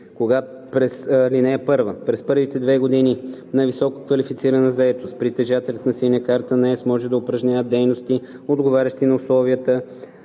така: „Чл. 33н. (1) През първите две години на висококвалифицирана заетост притежателят на „Синя карта на ЕС“ може да упражнява дейности, отговарящи на условията,